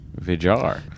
Vijar